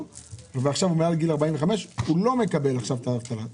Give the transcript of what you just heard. ועכשיו הוא מעל גיל 45 הוא לא מקבל עכשיו אבטלה,